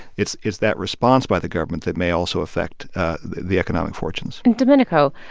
it's it's that response by the government that may also affect the economic fortunes domenico,